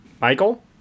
Michael